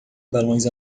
balões